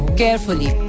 carefully